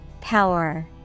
Power